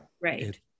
Right